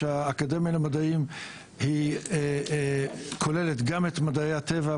שהאקדמיה למדעים כוללת גם את מדעי הטבע,